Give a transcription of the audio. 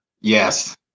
Yes